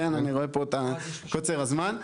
תתכנס לסיום.